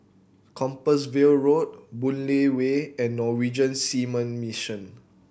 Compassvale Road Boon Lay Way and Norwegian Seamen Mission